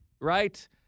right